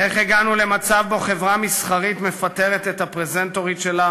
איך הגענו למצב שבו חברה מסחרית מפטרת את הפרזנטורית שלה